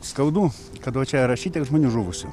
skaudu kad va čia yra šitiek žmonių žuvusių